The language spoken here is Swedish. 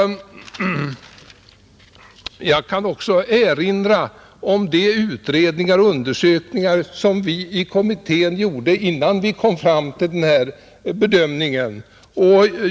Jag kan också erinra om de utredningar och undersökningar som vi i kommittén gjorde innan vi kom fram till vår bedömning.